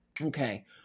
okay